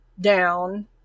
down